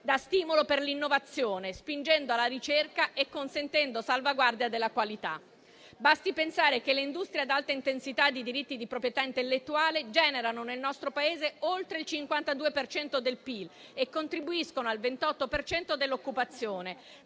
da stimolo per l'innovazione, spingendo la ricerca e consentendo salvaguardia della qualità. Basti pensare che le industrie ad alta intensità di diritti di proprietà intellettuale generano nel nostro Paese oltre il 52 per cento del PIL e contribuiscono al 28 per cento dell'occupazione,